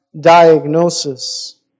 diagnosis